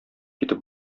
китеп